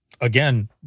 again